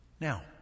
Now